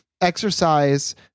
exercise